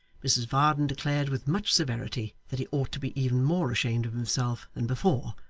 mrs varden declared with much severity, that he ought to be even more ashamed of himself than before,